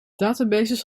databases